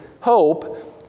hope